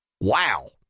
Wow